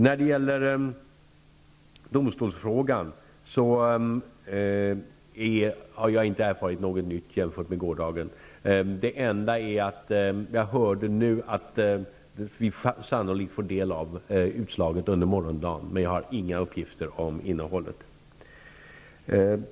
När det gäller domstolen har jag inte erfarit något nytt i förhållande till i går. Det enda är att jag nu hörde att vi sannolikt får del av utslaget under morgondagen. Men jag har inga uppgifter om innehållet.